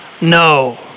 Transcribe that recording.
No